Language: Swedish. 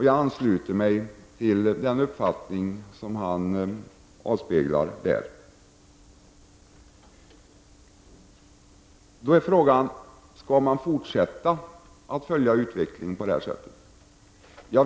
Jag ansluter mig till den uppfattning som han avspeglade där. Frågan är då om man skall fortsätta att följa utvecklingen på det här sättet.